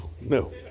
No